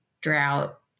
drought